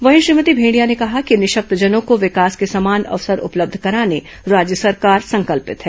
वहीं श्रीमती भेंडिया ने कहा है कि निःशक्तजनों को विकास के समान अवसर उपलब्ध कराने राज्य सरकार संकल्पित है